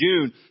June